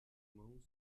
jogam